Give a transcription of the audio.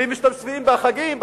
ומשתתפים בחגים,